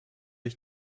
ich